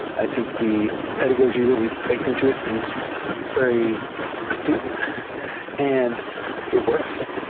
i think the pedagogy that we baked into it is very as tute and it works.